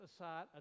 aside